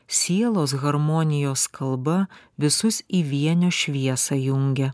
sielos harmonijos kalba visus į vienio šviesą jungia